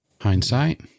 Hindsight